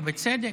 ובצדק.